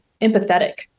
empathetic